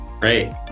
Great